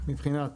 מאיזו בחינה?